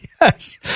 Yes